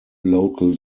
local